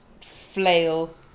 flail